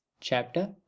Chapter